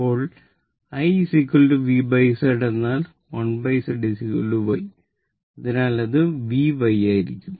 ഇപ്പോൾ I V Z എന്നാൽ 1 Z Y അതിനാൽ അത് YV ആയിരിക്കും